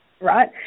right